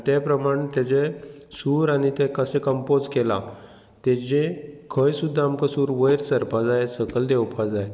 आनी ते प्रमाण तेजे सूर आनी ते कशे कंपोज केलां तेजें खंय सुद्दां आमकां सूर वयर सरपा जाय सकल देंवोपा जाय